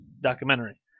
documentary